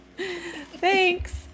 thanks